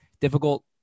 difficult